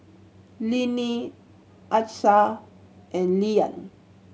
Linnie Achsah and Lilyan